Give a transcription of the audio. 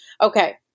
Okay